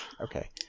Okay